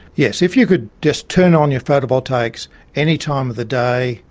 yes, if you could just turn on your photovoltaics any time of the day,